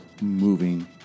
moving